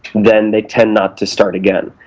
then they tend not to start again.